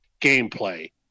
gameplay